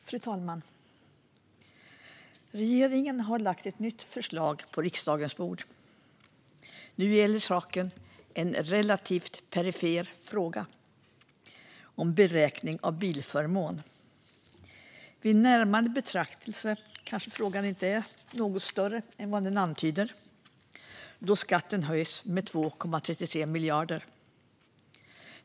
Fru talman! Regeringen har lagt fram ett nytt förslag på riksdagens bord. Nu gäller saken en relativt perifer fråga om beräkning av bilförmån. Vid närmare betraktelse kanske frågan är något större än vad den antyder, då skatten höjs med 2,33 miljarder.